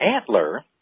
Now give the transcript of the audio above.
antler